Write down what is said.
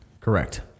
Correct